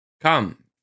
come